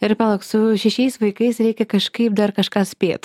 ir palauk su šešiais vaikais reikia kažkaip dar kažką spėt